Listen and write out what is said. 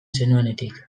zenuenetik